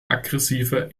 aggressive